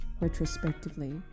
retrospectively